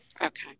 Okay